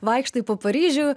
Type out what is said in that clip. vaikštai po paryžių